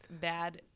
bad